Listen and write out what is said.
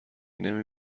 نمی